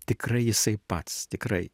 tikrai jisai pats tikrai